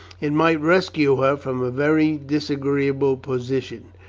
it might rescue her firom a very disagreeable position.